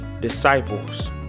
disciples